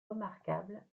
remarquable